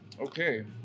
Okay